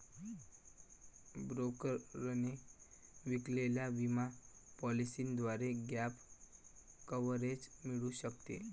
ब्रोकरने विकलेल्या विमा पॉलिसीद्वारे गॅप कव्हरेज मिळू शकते